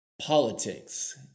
politics